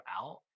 out